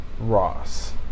Ross